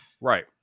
Right